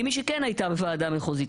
כמי שכן הייתה חברה בוועדה המחוזית